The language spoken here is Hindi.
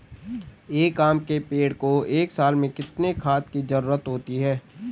एक आम के पेड़ को एक साल में कितने खाद की जरूरत होती है?